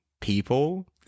people